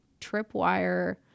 tripwire